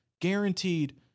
guaranteed